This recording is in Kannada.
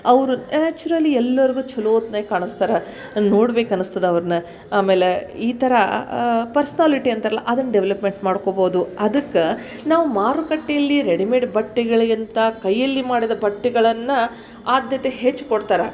ಅವರು ನ್ಯಾಚುರಲಿ ಎಲ್ಲರಿಗೂ ಛಲೋ ಹೊತ್ನ್ಯಾಗ ಕಾಣಸ್ತಾರೆ ನೋಡ್ಬೇಕು ಅನಸ್ತದೆ ಅವ್ರನ್ನ ಆಮೇಲೆ ಈ ಥರ ಪರ್ಸ್ನಾಲಿಟಿ ಅಂತಾರಲ್ಲ ಅದನ್ನು ಡೆವಲಪ್ಮೆಂಟ್ ಮಾಡ್ಕೊಬೋದು ಅದಕ್ಕೆ ನಾವು ಮಾರುಕಟ್ಟೆಯಲ್ಲಿ ರೆಡಿಮೇಡ್ ಬಟ್ಟೆಗಳಿಗಿಂತ ಕೈಯಲ್ಲಿ ಮಾಡಿದ ಬಟ್ಟೆಗಳನ್ನು ಆದ್ಯತೆ ಹೆಚ್ಚು ಕೊಡ್ತಾರೆ